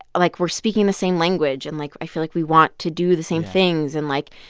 like we're speaking the same language. and, like, i feel like we want to do the same things. and, like,